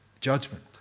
judgment